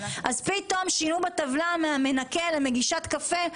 אז פתאום שינו בטבלה מהמנקה למגישת הקפה,